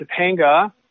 Topanga